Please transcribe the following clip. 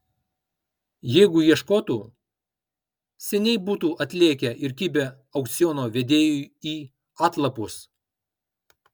jeigu ieškotų seniai būtų atlėkę ir kibę aukciono vedėjui į atlapus